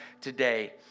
today